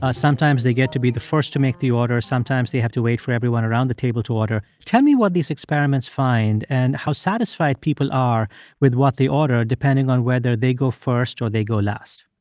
ah sometimes they get to be the first to make the order. sometimes they have to wait for everyone around the table to order. tell me what these experiments find and how satisfied people are with what they order depending on whether they go first or they go last